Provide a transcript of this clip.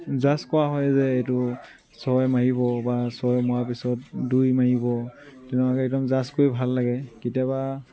জাজ কৰা হয় যে এইটো ছয় মাৰিব বা ছয় মৰা পিছত দুই মাৰিব তেনেকুৱাকৈ একদম জাজ কৰি ভাল লাগে কেতিয়াবা